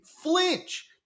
flinch